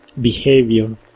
behavior